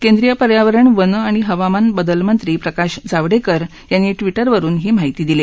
केंद्रीय पर्यावरण वन आणि हवामान बदलमही प्रकाश जावडेकर याती श्विउेवरून ही माहिती दिली